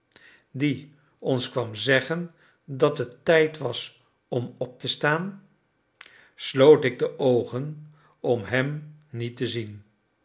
die ons kwam zeggen dat het tijd was om op te staan sloot ik de oogen om hem niet te zien